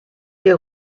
que